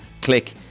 click